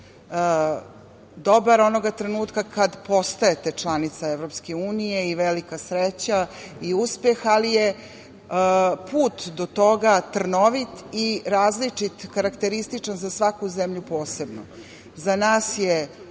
dobar onoga trenutka kada postajete članica EU i velika sreća i uspeh, ali je put do toga trnovit i različit, karakterističan za svaku zemlju posebno.Za nas je